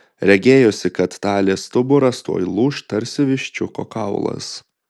regėjosi kad talės stuburas tuoj lūš tarsi viščiuko kaulas